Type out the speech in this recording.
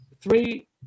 three